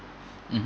mmhmm